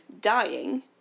dying